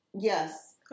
Yes